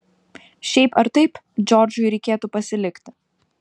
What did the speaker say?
šiaip ar taip džordžui reikėtų pasilikti